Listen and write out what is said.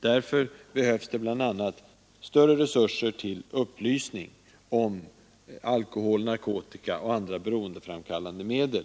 Därför behövs det bl.a. större resurser till upplysning om alkohol, narkotika och andra beroendeframkallande medel.